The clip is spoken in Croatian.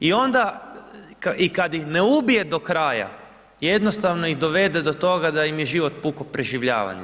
I onda i kad ih ne ubije do kraja jednostavno ih dovede do toga da im je život puko preživljavanje.